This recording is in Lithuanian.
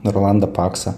rolandą paksą